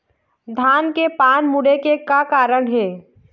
धान के पान मुड़े के कारण का हे?